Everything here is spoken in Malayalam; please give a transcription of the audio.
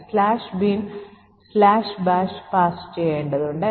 ഒരു സ്റ്റാക്ക് സ്മാഷിംഗ് കണ്ടെത്തി പ്രോഗ്രാം അവസാനിപ്പിച്ചതായി നിങ്ങൾ കാണുന്നു